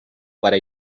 para